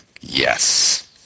Yes